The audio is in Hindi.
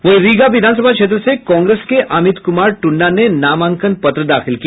वहीं रीगा विधानसभा क्षेत्र से कांग्रेस के अमित कुमार टुन्ना ने नामांकन पत्र दाखिल किया